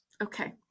Okay